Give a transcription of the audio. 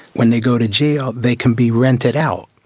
when they go to jail they can be rented out.